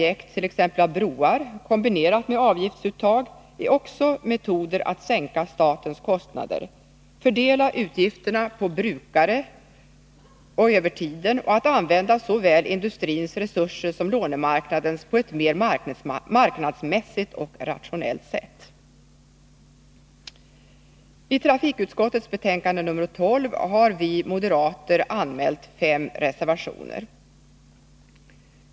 avgiftsuttag är också en metod att sänka statens kostnader, att fördela uppgifterna på brukare och över tiden och att använda såväl industrins resurser som lånemarknadens på ett mer marknadsmässigt och rationellt sätt. I trafikutskottets betänkande nr 12 har vi moderater anmält fem reservationer.